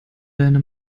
deine